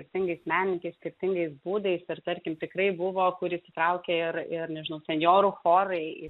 skirtingais menikais skirtingais būdais ir tarkim tikrai buvo kuri įsitraukė ir ir nežinau senjorų chorai